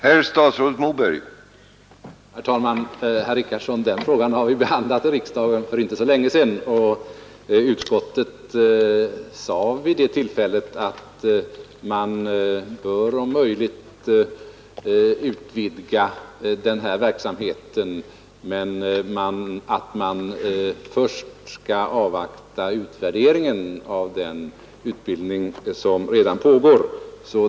Herr talman! Den frågan har vi behandlat i riksdagen för inte länge sedan, herr Richardson. Utskottet ansåg vid det tillfället att man om möjligt bör utvidga denna verksamhet men att man först bör avvakta utvärderingen av den utbildning som redan pågår.